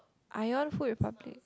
Ion food market